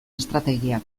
estrategiak